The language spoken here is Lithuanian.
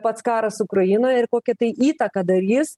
pats karas ukrainoje ir kokią tai įtaką darys